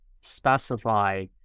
specify